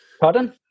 pardon